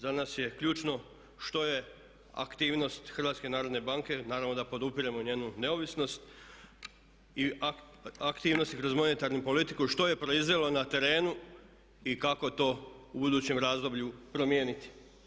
Za nas je ključno što je aktivnost HNB-a naravno da podupiremo njenu neovisnost i aktivnosti kroz monetarnu politiku što je proizvelo na terenu i kako to u budućem razdoblju promijeniti.